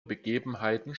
begebenheiten